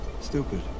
stupid